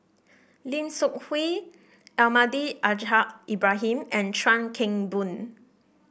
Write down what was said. Lim Seok Hui Almahdi Al Ibrahim and Chuan Keng Boon